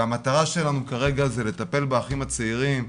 המטרה שלנו כרגע זה לטפל באחים הצעירים,